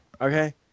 Okay